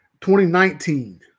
2019